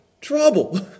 trouble